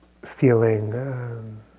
feeling